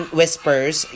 whispers